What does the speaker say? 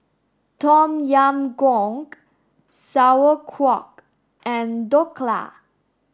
Tom Yam Goong Sauerkraut and Dhokla